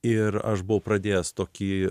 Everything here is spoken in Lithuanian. ir aš buvau pradėjęs tokį